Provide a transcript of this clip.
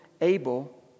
Abel